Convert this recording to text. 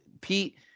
Pete